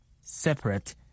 Separate